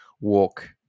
walk